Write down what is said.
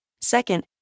Second